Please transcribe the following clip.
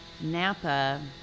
Napa